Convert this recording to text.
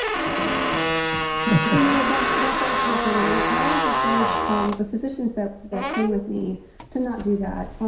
if i got to say you know yes. that does happen and i i always encourage um the physicians that that train with me to not do that.